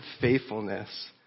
faithfulness